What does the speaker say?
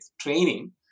training